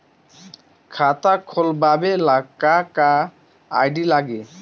खाता खोलाबे ला का का आइडी लागी?